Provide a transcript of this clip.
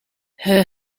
her